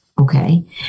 Okay